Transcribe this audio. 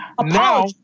Now